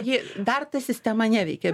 ji dar ta sistema neveikia